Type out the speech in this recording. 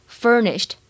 furnished